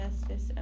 justice